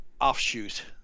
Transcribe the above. offshoot